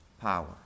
power